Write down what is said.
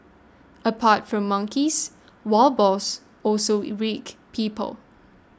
apart from monkeys wild boars also people